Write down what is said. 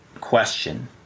question